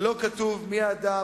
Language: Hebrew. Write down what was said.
ולא כתוב מי האדם,